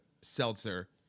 seltzer